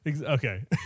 Okay